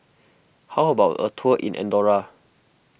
how about a tour in andorra